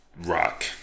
rock